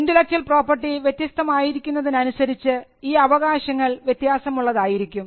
intellectual property വ്യത്യസ്തമായിരിക്കുന്നതിനനുസരിച്ച് ഈ അവകാശങ്ങൾ വ്യത്യാസമുള്ളതായിരിക്കും